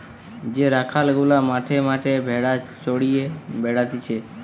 যে রাখাল গুলা মাঠে মাঠে ভেড়া চড়িয়ে বেড়াতিছে